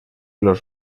los